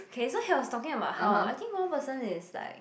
okay so he was talking about how I think one person is like